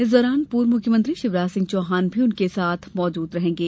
इस दौरान पूर्व मुख्यमंत्री शिवराज सिंह चौहान भी उनके साथ मौजूद रहेंगे